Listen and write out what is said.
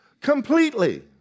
Completely